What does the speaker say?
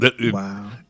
Wow